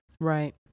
Right